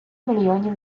мільйонів